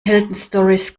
heldenstorys